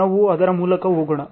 ನಾವು ಅದರ ಮೂಲಕ ಹೋಗೋಣ